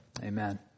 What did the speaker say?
Amen